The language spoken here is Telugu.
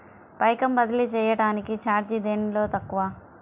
పైకం బదిలీ చెయ్యటానికి చార్జీ దేనిలో తక్కువ?